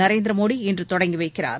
Narendra Modi இன்றதொடங்கிவைக்கிறார்